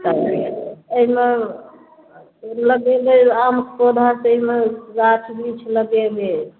अइमे लगेबै आम केरा तैमे गाछ वृक्ष लगेबै